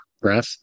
breath